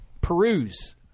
peruse